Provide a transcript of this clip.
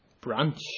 branch